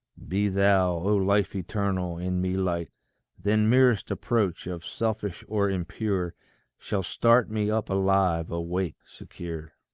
be thou, o life eternal, in me light then merest approach of selfish or impure shall start me up alive, awake, secure.